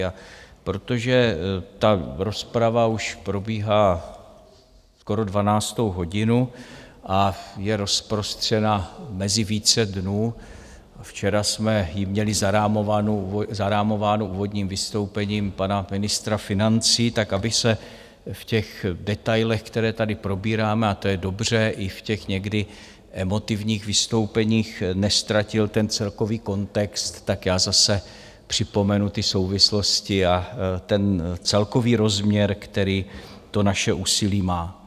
A protože ta rozprava už probíhá skoro dvanáctou hodinu a je rozprostřena mezi více dnů, včera jsme jí měli zarámovánu úvodním vystoupením pana ministra financí, tak aby se v těch detailech, které tady probíráme a to je dobře, i v těch někdy emotivních vystoupeních, neztratil ten celkový kontext, tak já zase připomenu ty souvislosti a ten celkový rozměr, který to naše úsilí má.